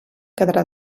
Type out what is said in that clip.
quedarà